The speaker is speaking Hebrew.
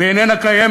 והיא איננה קיימת,